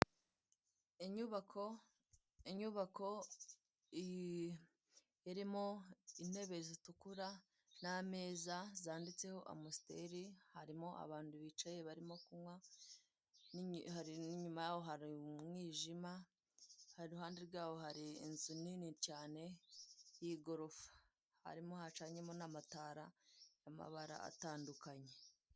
Inyubako inyubako irimo intebe zitukura n'ameza zanditseho amsteri harimo abantu bicaye barimo kunywa, n'inyuma yaho hari umwijima iruhande rwaho hari inzu nini cyane y'igorofa harimo hacanyemo n'amatara y'amabara atandukanye.